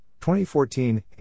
2014